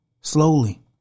Slowly